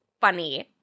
funny